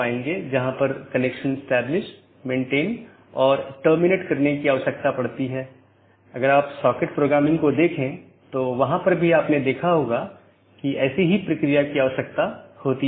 अब मैं कैसे एक मार्ग को परिभाषित करता हूं यह AS के एक सेट द्वारा परिभाषित किया गया है और AS को मार्ग मापदंडों के एक सेट द्वारा तथा गंतव्य जहां यह जाएगा द्वारा परिभाषित किया जाता है